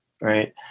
right